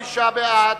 25 בעד,